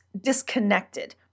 disconnected